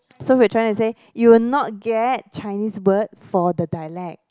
so we're trying to say you will not get Chinese word for the dialect